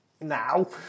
now